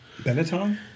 Benetton